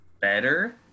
better